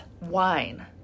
wine